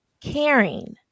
caring